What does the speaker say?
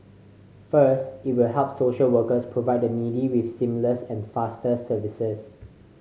first it will help social workers provide the needy with seamless and faster services